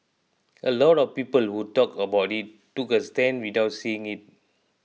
a lot of people who talked about it took a stand without seeing it